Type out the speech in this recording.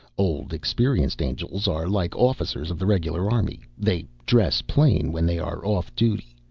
old experienced angels are like officers of the regular army they dress plain, when they are off duty.